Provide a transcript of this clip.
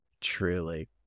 Truly